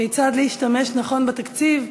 כיצד להשתמש נכון בתקציב,